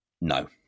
No